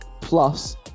Plus